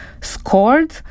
scored